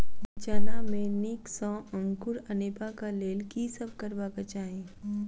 चना मे नीक सँ अंकुर अनेबाक लेल की सब करबाक चाहि?